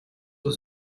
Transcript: was